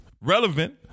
relevant